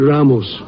Ramos